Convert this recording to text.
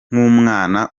nk’umwana